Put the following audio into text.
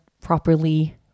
properly